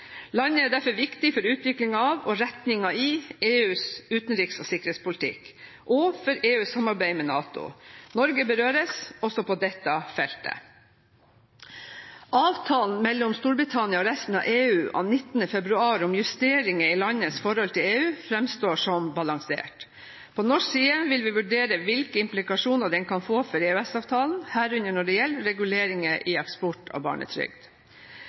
Landet er derfor viktig for utviklingen av, og retningen i, EUs utenriks- og sikkerhetspolitikk, og for EUs samarbeid med NATO. Norge berøres også på dette feltet. Avtalen mellom Storbritannia og resten av EU av 19. februar om justeringer i landets forhold til EU fremstår som balansert. På norsk side vil vi vurdere hvilke implikasjoner den kan få for EØS-avtalen, herunder når det gjelder reguleringer i eksport av barnetrygd.